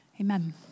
Amen